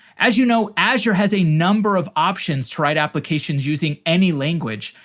as you know, azure has a number of options to write applications using any language,